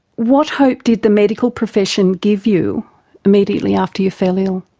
what hope did the medical profession give you immediately after you fell ill?